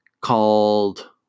called